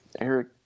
Eric